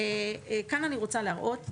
כאן אני רוצה להראות,